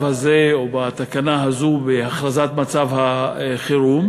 למצב הזה, או לתקנה הזאת, בהכרזת מצב החירום,